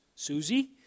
Susie